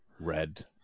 red